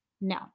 No